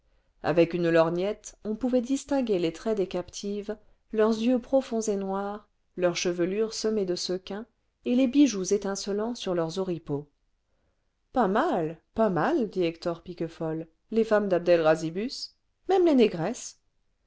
avec une lorgnette on pouvait distinguer les traits des captives leurs juixk profonds et noirs leurs chevelures semées de sequins et les bijoux étincelant sur leurs oripeaux pas mal pas mal dit hector piquefol les femmes dabd elrazibus même les négresses